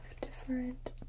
different